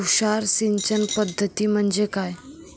तुषार सिंचन पद्धती म्हणजे काय?